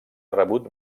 rebut